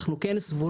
אנחנו כן סבורים